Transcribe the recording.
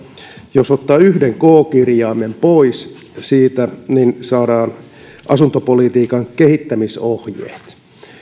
jos ottaa yhden k kirjaimen pois saadaan asuntopolitiikan kehittämisohjeet